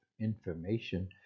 information